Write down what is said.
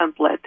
template